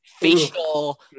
Facial